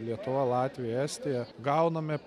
lietuva latvija estija gauname